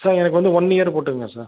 sir எனக்கு வந்து one year போட்டுங்க சார்